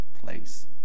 place